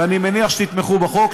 ואני מניח שתתמכו בחוק.